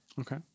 Okay